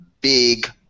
big